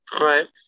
Right